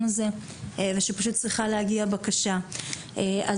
הזה ושפשוט צריכה להגיע לפתחו בקשה להגדלת בסיס התקציב.